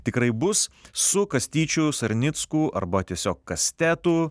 tikrai bus su kastyčiu sarnicku arba tiesiog kastetu